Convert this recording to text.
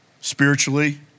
Spiritually